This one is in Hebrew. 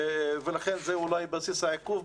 אולי זה בסיס העיכוב.